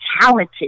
talented